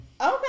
Okay